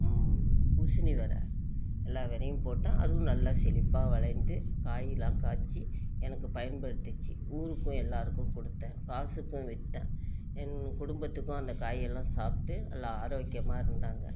பூசணி வெர எல்லா வெரையும் போட்டேன் அதுவும் நல்லா செழிப்பாக வளைந்து காயில்லாம் காய்ச்சி எனக்கு பயன்படுத்திச்சு ஊருக்கும் எல்லாருக்கும் கொடுத்தேன் காசுக்கும் வித்றேன் என் குடும்பத்துக்கும் அந்த காயெல்லாம் சாப்பிட்டு நல்லா ஆரோக்கியமாக இருந்தாங்க